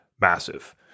massive